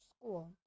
school